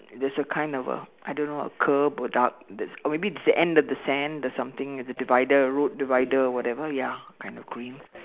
there's a kind of a I don't know what curb or dark that's or maybe it's the end of the sand or something the divider or a road divider or whatever ya kind of green